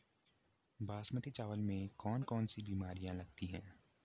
बासमती चावल में कौन कौन सी बीमारियां लगती हैं?